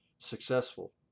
successful